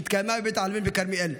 שהתקיימה בבית העלמין בכרמיאל,